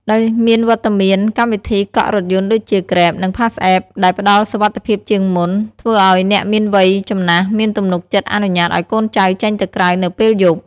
ដោយមានវត្តមានកម្មវិធីកក់រថយន្តដូចជា Grab និង PassApp ដែលផ្តល់សុវត្ថិភាពជាងមុន ធ្វើឱ្យអ្នកមានវ័យចំណាស់មានទំនុកចិត្តអនុញ្ញាតឱ្យកូនចៅចេញទៅក្រៅនៅពេលយប់។